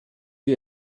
wir